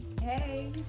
Hey